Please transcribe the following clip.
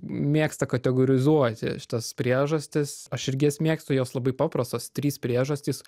mėgsta kategorizuoti šitas priežastis aš irgi jas mėgstu jos labai paprastos trys priežastys